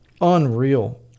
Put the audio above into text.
Unreal